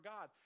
God